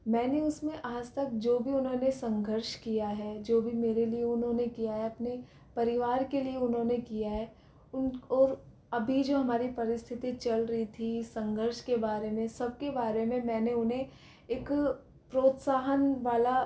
मैंने उसमें आज तक जो भी उन्होने संघर्ष किया है जो भी मेरे लिये उन्होंने किया है अपने परिवार के लिए उन्होंने किया है और अभी जो हमारी परिस्थिति चल रही थी संघर्ष के बारे में सबके बारे में मैंने उन्हें एक प्रोत्साहन वाला